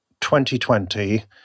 2020